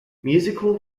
musical